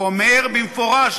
הוא אומר במפורש,